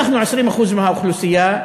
אנחנו 20% מהאוכלוסייה,